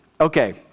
Okay